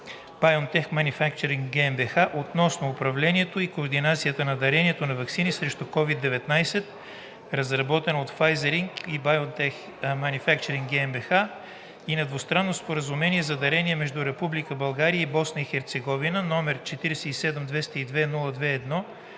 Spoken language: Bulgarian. BioNTech Manufacturing GmbH относно управлението и координацията на дарението на ваксина срещу COVID-19, разработена от Pfizer Inc. и BioNTech Manufacturing GmbH и на Двустранно споразумение за дарение между Република България и Босна и Херцеговина,